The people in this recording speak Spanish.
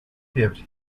fiebre